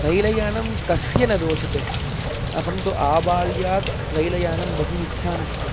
रैलयानं कस्य न रोचते अहं तु आबाल्यात् रैलयानं बहु इच्छामि स्म